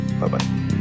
Bye-bye